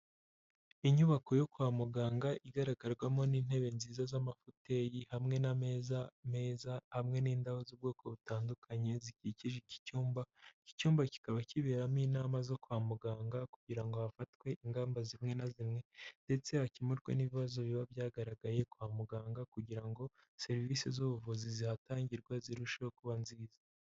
Inyubako yo kwa muganga igaragarwamo n'intebe nziza z'amafuteyi hamwe n'ameza meza, hamwe n'indabo z'ubwoko butandukanye zikikije iki cyumba, iki cyumba kikaba kiberamo inama zo kwa muganga kugira ngo hafatwe ingamba zimwe na zimwe ndetse hakemurwe n'ibibazo biba byagaragaye kwa muganga kugira ngo serivisi z'ubuvuzi zihatangirwa zirusheho kuba nziza.